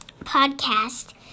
podcast